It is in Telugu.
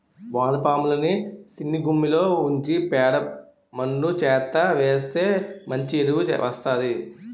వానపాములని సిన్నగుమ్మిలో ఉంచి పేడ మన్ను చెత్తా వేస్తె మంచి ఎరువు వస్తాది